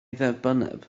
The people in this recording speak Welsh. dderbynneb